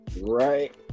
Right